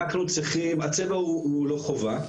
הצבע הוא לא חובה.